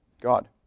God